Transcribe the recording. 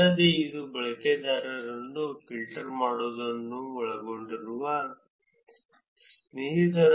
ಅಲ್ಲದೆ ಇದು ಬಳಕೆದಾರರನ್ನು ಫಿಲ್ಟರ್ ಮಾಡುವುದನ್ನು ಒಳಗೊಂಡಿರುವ ಸ್ನೇಹಿತರ ಮಾದರಿಯ ಪರಿಷ್ಕರಣೆಯನ್ನು ನಾವು ಪ್ರಯೋಗಿಸುವ ಮಾಹಿತಿಯಾಗಿದೆ